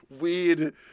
weird